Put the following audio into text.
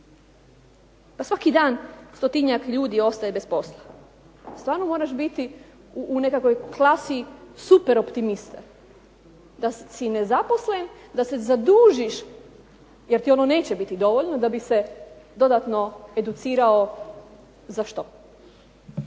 A svaki dan stotinjak ljudi ostaje bez posla. Stvarno moraš biti u nekakvoj klasi superoptimista da si nezaposlen da se zadužiš jer ti ono neće biti dovoljno da bi se dodatno educirao za što.